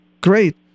great